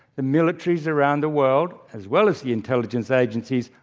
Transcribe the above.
the militaries around the world, as well as the intelligence agencies,